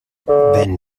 van